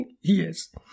Yes